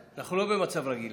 היושב-ראש,